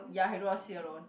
ya he don't want to sit alone